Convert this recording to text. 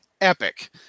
epic